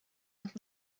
und